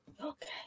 Okay